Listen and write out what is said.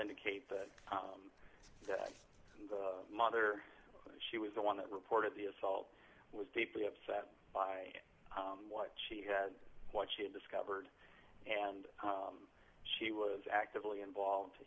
indicate that the mother she was the one that reported the assault was deeply upset by what she had what she had discovered and she was actively involved